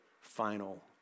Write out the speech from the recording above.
final